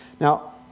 Now